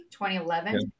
2011